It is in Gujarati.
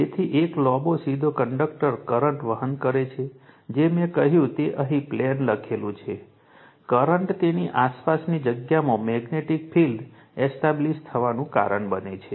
તેથી એક લાંબો સીધો કન્ડક્ટર કરંટ વહન કરે છે જે મેં કહ્યું તે અહીં પ્લેન લખેલું છે કરંટ તેની આસપાસની જગ્યામાં મેગ્નેટિક ફિલ્ડ એસ્ટાબ્લિશ્ડ થવાનું કારણ બને છે